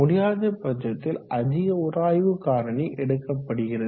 முடியாத பட்சத்தில் அதிக உராய்வு காரணி எடுக்கப்படுகிறது